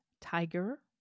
tiger